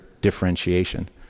differentiation